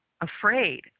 afraid